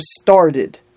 started